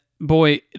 boy